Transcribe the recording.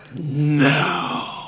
No